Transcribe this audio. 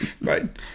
Right